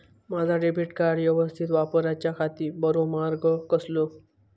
माजा debit card यवस्तीत वापराच्याखाती बरो मार्ग कसलो?